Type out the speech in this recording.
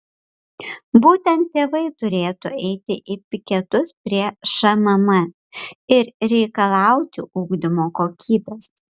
būtent tėvai turėtų eiti į piketus prie šmm ir reikalauti ugdymo kokybės